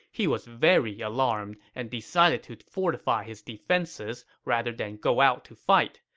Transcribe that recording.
he was very alarmed and decided to fortify his defenses rather than go out to fight.